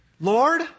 Lord